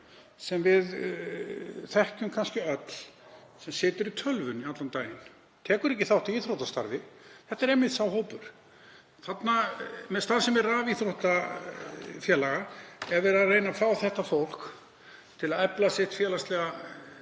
sem við þekkjum öll sem situr í tölvunni allan daginn og tekur ekki þátt í íþróttastarfi. Þetta er einmitt sá hópur. Með starfsemi rafíþróttafélaga er verið að reyna að fá þetta fólk til að efla sitt félagslega